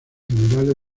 generales